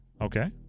Okay